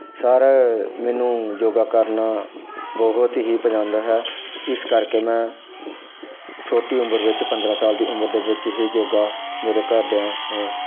sir ਮੈਨੂੰ ਯੋਗਾ ਕਰਨਾ ਬਹੁਤ ਹੀ ਪਸੰਦ ਹੈ ਇਸ ਕਰਕੇ ਮੈਂ ਛੋਟੀ ਉਮਰ ਵਿੱਚ ਪੰਦਰ੍ਹਾਂ ਸਾਲ ਦੀ ਉਮਰ ਦੇ ਵਿੱਚ ਹੀ ਯੋਗਾ ਮੇਰੇ ਘਰਦਿਆਂ ਨੇ